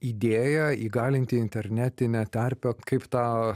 idėja įgalinti internetinę tarpe kaip tą